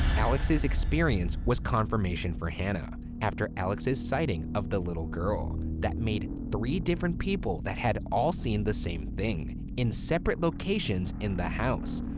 alix's experience was confirmation for hannah after alix's sighting of the little girl. that made three different people that had all seen the same thing in separate locations in the house.